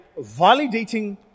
validating